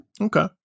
okay